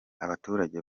abaturage